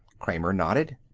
kramer nodded.